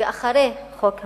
ואחרי חוק ה"נכבה"